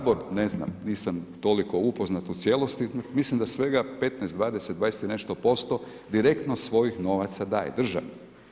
HBOR, ne znam, nisam toliko upoznat u cijelosti, mislim da svega 15, 20, 20 i nešto posto, direktno svojih novaca daje državi.